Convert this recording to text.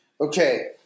Okay